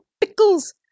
pickles